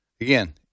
Again